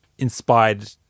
inspired